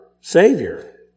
Savior